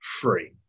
free